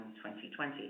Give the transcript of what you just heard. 2020